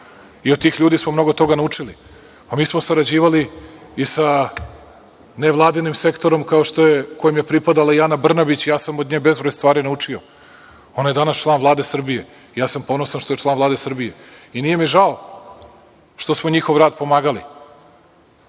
i od tih ljudi smo mnogo toga naučili. Mi smo sarađivali i sa nevladinim sektorom kojem je pripadala i Ana Brnabić i ja sam od nje bezbroj stvari naučio. Ana je danas član Vlade Srbije i ja sam ponosan što je član Vlade Srbije. I nije mi žao što smo njihov rad pomagali